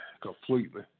completely